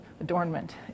adornment